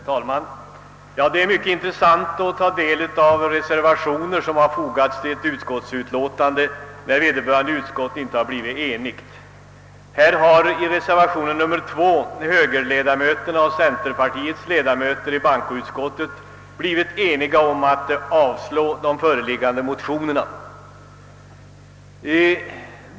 Herr talman! Det är alltid mycket intressant att ta del av de reservationer som fogas till ett utlåtande när utskottet inte kunnat bli enigt. I detta fall har högerledamöterna och centerpartiledamöterna i bankoutskottet enats om att avstyrka de föreliggande motionerna.